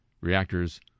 reactors